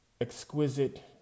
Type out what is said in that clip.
exquisite